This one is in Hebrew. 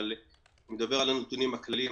אבל אני מדבר על הנתונים הכלליים,